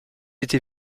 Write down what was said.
été